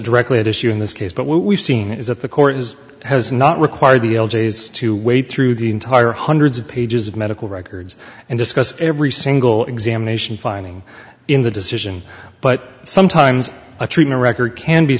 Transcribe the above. directly at issue in this case but what we've seen is that the court is has not required the algaes to wade through the entire hundreds of pages of medical records and discuss every single examination finding in the decision but sometimes a treatment record can be